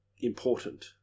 important